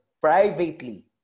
privately